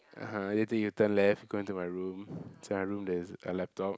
(uh huh) later you turn left go into my room inside my room there's a laptop